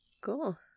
Cool